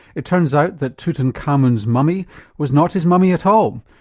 it turns out that tutankhamen's mummy was not his mummy at all.